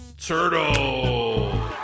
Turtle